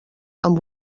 amb